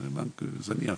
הוא בנק זניח,